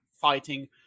fighting